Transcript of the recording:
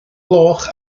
gloch